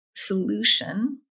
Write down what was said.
solution